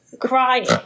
crying